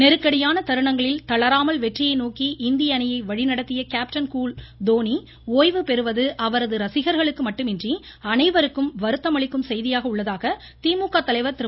நெருக்கடியான தருணங்களில் தளராமல் வெற்றியை நோக்கி இந்திய அணியை வழிநடத்திய கேப்டன் கூல் தோனி ஓய்வு பெறுவது அவரது ரசிகா்களுக்கு மட்டுமன்றி அனைவருக்கும் வறுத்தம் அளிக்கும் செய்தியாக உள்ளதாக திமுக தலைவர் திரு